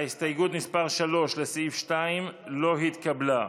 הסתייגות מס' 3, לסעיף 2, לא התקבלה.